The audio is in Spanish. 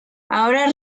ahora